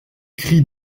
cris